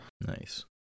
Nice